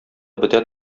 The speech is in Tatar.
бетә